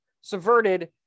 subverted